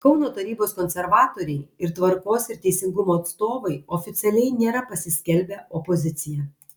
kauno tarybos konservatoriai ir tvarkos ir teisingumo atstovai oficialiai nėra pasiskelbę opozicija